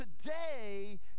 Today